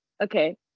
Okay